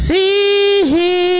See